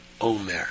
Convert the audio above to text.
Omer